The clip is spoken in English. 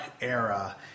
era